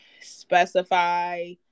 specify